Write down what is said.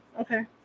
Okay